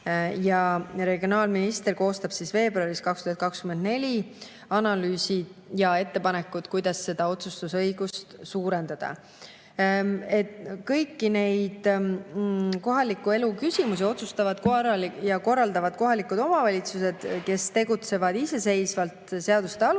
Ja regionaalminister koostab veebruaris 2024 analüüsi ja ettepanekud, kuidas seda otsustusõigust suurendada. Kõiki neid kohaliku elu küsimusi otsustavad ja korraldavad kohalikud omavalitsused, kes tegutsevad iseseisvalt seaduste alusel